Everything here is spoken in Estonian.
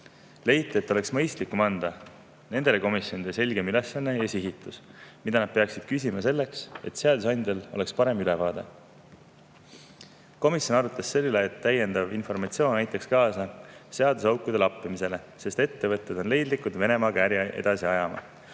Leiti, et oleks mõistlikum anda nendele komisjonide selgem ülesanne ja sihitus, mida nad peaksid küsima, et seadusandjal oleks parem ülevaade. Komisjon arutas ka selle üle, et täiendav informatsioon aitaks kaasa seaduseaukude lappimisele, sest ettevõtjad on leidlikud Venemaaga äri edasi ajama.